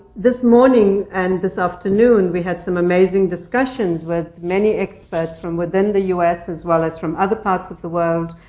this morning and this afternoon, we had some amazing discussions with many experts from within the us, as well as from other parts of the world,